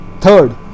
Third